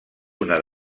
una